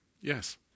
yes